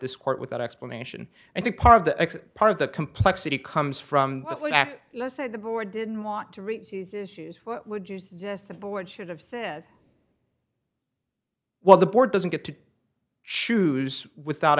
this court without explanation i think part of the part of the complexity comes from let's say the board didn't want to reach would you suggest the board should have said well the board doesn't get to choose without